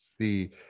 see